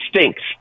stinks